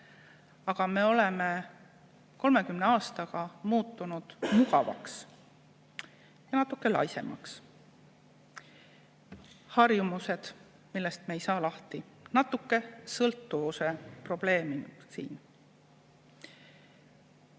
Me oleme 30 aastaga muutunud mugavaks ja natuke laisemaks – harjumused, millest me ei saa lahti. Natuke sõltuvuse probleemid siin.